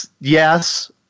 yes